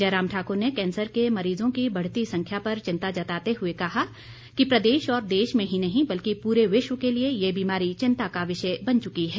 जयराम ठाकुर ने कैंसर के मरीजों की बढ़ती संख्या पर चिंता जताते हुए कहा कि प्रदेश और देश में ही नहीं बल्कि पूरे विश्व के लिए यह बीमारी चिंता का विषय बन चुकी है